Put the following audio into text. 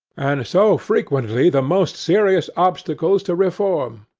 and so frequently the most serious obstacles to reform.